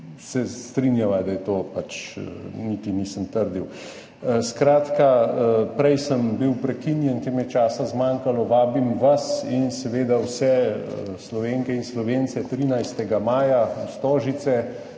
se strinjava, tega niti nisem trdil. Skratka, prej sem bil prekinjen, ker mi je zmanjkalo časa. Vabim vas in seveda vse Slovenke in Slovence 13. maja v Stožice,